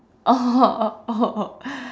oh oh